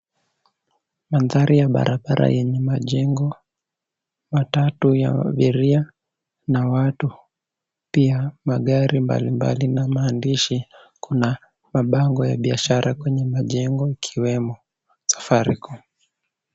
Mandhari ya barabara yenye majengo. Matatu ya abiria na watu. Pia magari mbali mbali na maandishi. Kuna mabango ya biashara kwenye majengo, ikiwemo Safaricom.